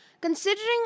Considering